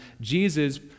Jesus